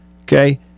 Okay